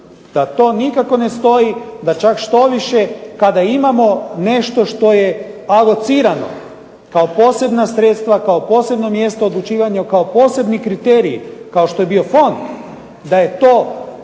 da to nikako ne stoji da čak štoviše kada imamo nešto što je alocirano kao posebna sredstva u odlučivanju, kao posebni kriteriji kao što je bio fond, da je to efikasnije